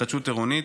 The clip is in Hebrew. התחדשות עירונית,